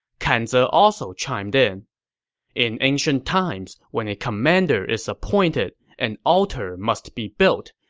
kan ze also chimed in in ancient times, when a commander is appointed, an altar must be built,